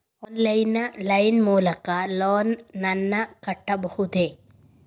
Online line ಮೂಲಕ loan ನನ್ನ ಕಟ್ಟಬಹುದೇ?